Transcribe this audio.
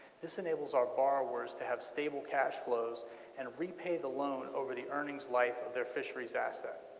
this enables our borrows to have stable cash flows and repay the loan over the earnings life of their fishery asset.